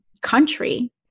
country